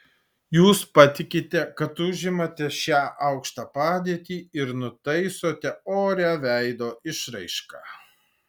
jūs patikite kad užimate šią aukštą padėtį ir nutaisote orią veido išraišką